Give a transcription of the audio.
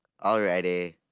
Alrighty